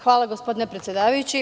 Hvala gospodine predsedavajući.